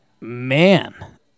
man –